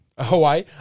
Hawaii